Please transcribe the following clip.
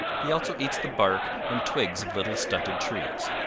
he also eats the bark and twigs of little stunted trees.